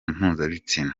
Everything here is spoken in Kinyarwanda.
mpuzabitsina